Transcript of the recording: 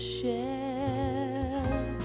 shell